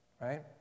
Right